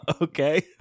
Okay